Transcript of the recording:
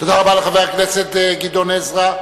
תודה רבה לחבר הכנסת גדעון עזרא.